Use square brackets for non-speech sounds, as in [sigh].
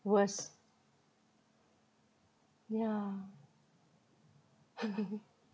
worse yeah [laughs]